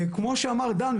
כמו שאמר דן,